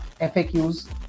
FAQs